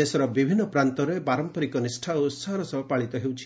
ଦେଶର ବିଭିନ୍ନ ପ୍ରାନ୍ତରେ ପାରମ୍ପାରିକ ନିଷ୍ଠା ଓ ଉତ୍ସାହର ସହ ପାଳିତ ହେଉଛି